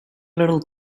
little